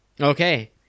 Okay